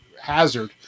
hazard